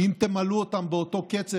שאם תמלאו אותם באותו קצב,